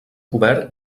cobert